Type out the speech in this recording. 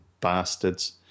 bastards